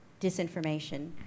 disinformation